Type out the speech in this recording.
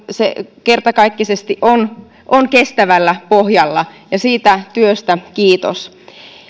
se kertakaikkisesti on on kestävällä pohjalla ja siitä työstä kiitos